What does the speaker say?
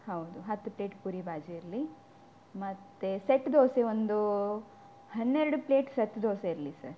ಹೌದು ಹತ್ತು ಪ್ಲೇಟ್ ಪುರಿ ಭಾಜಿ ಇರಲಿ ಮತ್ತು ಸೆಟ್ ದೋಸೆ ಒಂದು ಹನ್ನೆರಡು ಪ್ಲೇಟ್ ಸೆತ್ ದೋಸೆ ಇರಲಿ ಸರ್